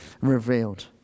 revealed